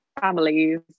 families